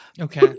Okay